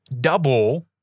double